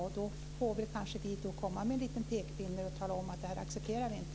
Då får vi kanske komma med en liten pekpinne och tala om att vi inte accepterar det.